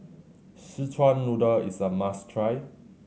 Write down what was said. Szechuan Noodle is a must try